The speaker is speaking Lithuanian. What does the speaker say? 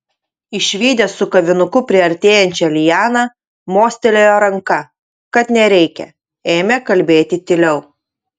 išvydęs su kavinuku priartėjančią lianą mostelėjo ranka kad nereikia ėmė kalbėti tyliau